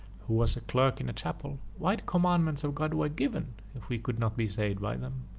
who was a clerk in a chapel, why the commandments of god were given, if we could not be saved by them?